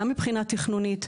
גם מבחינה תכנונית,